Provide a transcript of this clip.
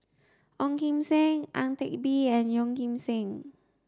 Ong Kim Seng Ang Teck Bee and Yeoh Ghim Seng